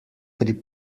pri